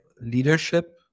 leadership